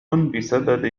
بسبب